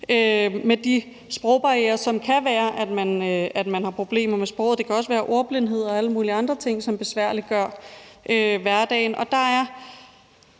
med de sprogbarrierer, som der kan være, hvis man har problemer med sproget – det kan også være ordblindhed og alle mulige andre ting, som besværliggør hverdagen.